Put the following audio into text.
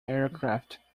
aircraft